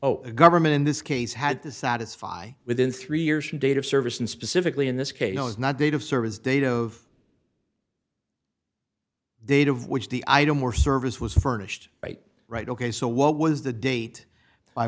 oh a government in this case had to satisfy within three years of data service and specifically in this case was not date of service date of data of which the item or service was furnished right right ok so what was the date by